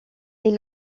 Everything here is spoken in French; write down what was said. est